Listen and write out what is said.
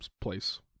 place